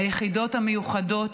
היחידות המיוחדות,